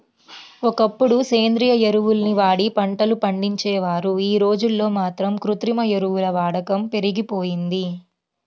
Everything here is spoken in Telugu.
ఒకప్పుడు సేంద్రియ ఎరువుల్ని వాడి పంటలు పండించేవారు, యీ రోజుల్లో మాత్రం కృత్రిమ ఎరువుల వాడకం పెరిగిపోయింది